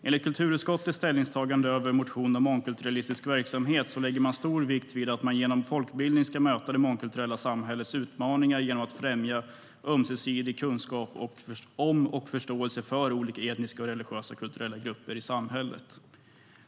Enligt kulturutskottets ställningstagande till motionen om mångkulturalistisk verksamhet läggs stor vikt vid att man genom folkbildning ska möta det mångkulturella samhällets utmaningar genom att främja ömsesidig kunskap om och förståelse för olika etniska, religiösa och kulturella grupper i samhället.